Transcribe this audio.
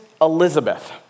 Elizabeth